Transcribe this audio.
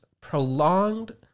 prolonged